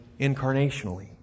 incarnationally